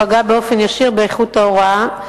פגעה באופן ישיר באיכות ההוראה,